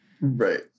Right